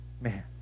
Man